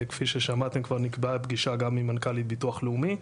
כפי ששמעתם כבר נקבעה פגישה גם עם מנכ"לית ביטוח לאומי,